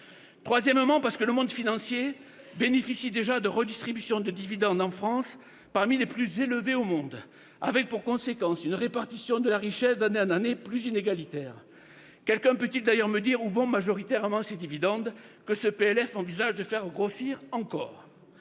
Troisièmement, parce que le monde financier bénéficie déjà de redistributions de dividendes en France parmi les plus élevées au monde, avec pour conséquence une répartition de la richesse toujours plus inégalitaire d'année en année. Quelqu'un peut-il d'ailleurs me dire où vont majoritairement ces dividendes que ce PLF envisage de faire grossir encore ?